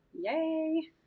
Yay